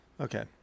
Okay